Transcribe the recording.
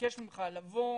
מבקש ממך לבוא,